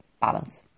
balance